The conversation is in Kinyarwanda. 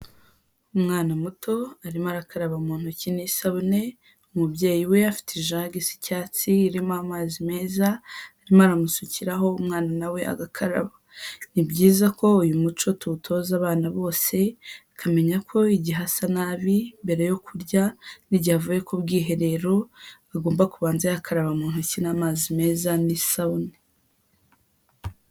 Umwana muto arimo arakaraba mu ntoki n'isabune, umubyeyi we afite ijage isa icyatsi irimo amazi meza, arimo aramusukiraho umwana nawe agakaraba, ni byiza ko uyu muco tuwutoza abana bose, akamenya ko igihe asa nabi mbere yo kurya, igihe avuye ku bwiherero, agomba kubanza yakaraba mu ntoki n'amazi meza n'isabune.